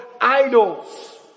idols